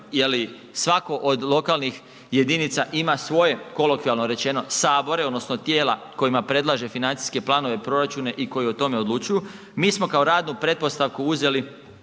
je li svako od lokalnih jedinica ima svoje kolokvijalno rečeno sabore, odnosno tijela kojima predlaže financijske planove, proračune i koji o tome odlučuju. Mi smo kao radnu pretpostavku uzeli